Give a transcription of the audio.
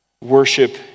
worship